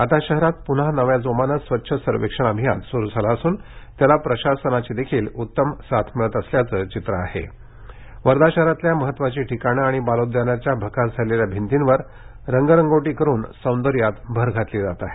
आता शहरात प्रन्हा नव्या जोमाने स्वच्छ सर्वेक्षण अभियान सुरु झालं असून त्याला प्रशासनाचीही उत्तम साथ मिळत असल्याचं चित्र आहे वर्धा शहरातील महत्वाची ठिकाण आणि बालोद्यानाच्या भकास झालेल्या भिंतीवर रंगरंगोटी करुन सौदर्यात भर घातली जात आहे